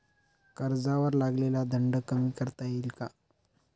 कर्जावर लागलेला दंड कमी करता येईल का?